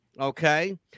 Okay